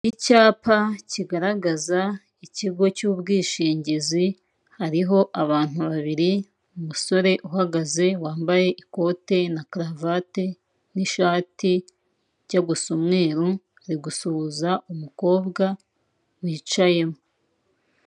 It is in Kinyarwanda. Icyapa kigaragaza ikigo cy'ubwishingizi, hariho abantu babiri, umusore uhagaze wambaye ikote na karuvati, n'ishati ijya gusa umweru, ari gusuhuza umukobwa wicayemo.